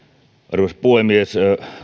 arvoisa puhemies